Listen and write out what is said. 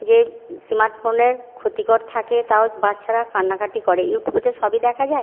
যে স্মার্ট ফোনের ক্ষতিকর থাকে তাও বাচ্ছারা কান্নাকাটি করে ইউটিউবে তো সবই দেখা যায়